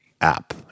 app